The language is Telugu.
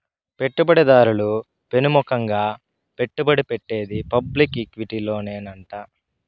పెట్టుబడి దారులు పెముకంగా పెట్టుబడి పెట్టేది పబ్లిక్ ఈక్విటీలోనేనంట